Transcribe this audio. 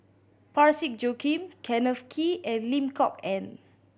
Parsick Joaquim Kenneth Kee and Lim Kok Ann